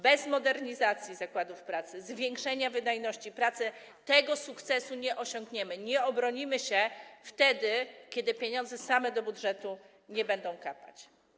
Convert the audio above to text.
Bez modernizacji zakładów pracy i zwiększenia wydajności pracy tego sukcesu nie osiągniemy, nie obronimy się wtedy, kiedy pieniądze same do budżetu nie będą kapać.